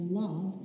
love